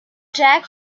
jack